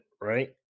right